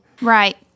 Right